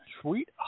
sweet